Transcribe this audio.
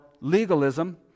legalism